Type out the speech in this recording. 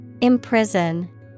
Imprison